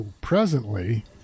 presently